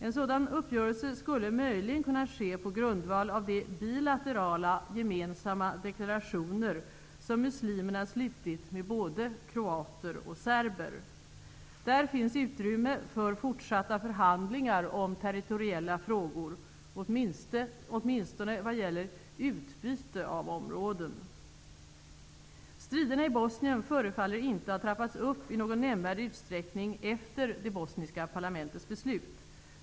En sådan uppgörelse skulle möjligen kunna ske på grundval av de bilaterala gemensamma deklarationer som muslimerna slutit med både kroater och serber. Där finns utrymme för fortsatta förhandlingar om territoriella frågor, åtminstone vad gäller utbyte av områden. Striderna i Bosnien förefaller inte ha trappats upp i någon nämnvärd utsträckning efter det bosniska parlamentets beslut.